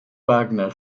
wagner